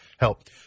Help